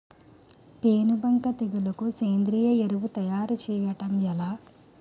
పేను బంక తెగులుకు సేంద్రీయ ఎరువు తయారు చేయడం ఎలా?